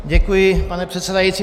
Děkuji, pane předsedající.